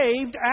saved